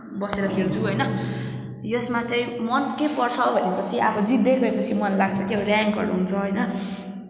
बसेर खेल्छु होइन यसमा चाहिँ मन के पर्छ भने पछि अब जित्दै गएपछि मन लाग्छ के अब र्याङ्कहरू हुन्छ होइन